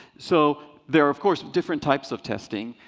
so there are, of course, different types of testing.